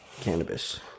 cannabis